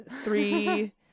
three